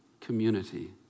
community